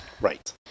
Right